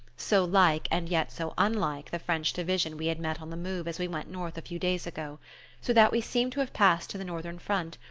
so like and yet so unlike the french division we had met on the move as we went north a few days ago so that we seemed to have passed to the northern front,